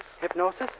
Hypnosis